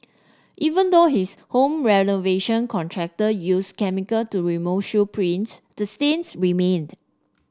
even though his home renovation contractor use chemical to remove shoe prints the stains remained